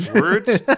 Words